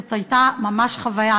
זאת הייתה ממש חוויה.